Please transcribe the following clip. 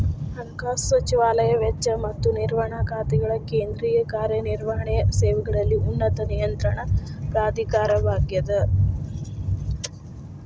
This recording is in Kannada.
ಹಣಕಾಸು ಸಚಿವಾಲಯ ವೆಚ್ಚ ಮತ್ತ ನಿರ್ವಹಣಾ ಖಾತೆಗಳ ಕೇಂದ್ರೇಯ ಕಾರ್ಯ ನಿರ್ವಹಣೆಯ ಸೇವೆಗಳಲ್ಲಿ ಉನ್ನತ ನಿಯಂತ್ರಣ ಪ್ರಾಧಿಕಾರವಾಗ್ಯದ